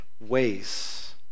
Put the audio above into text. ways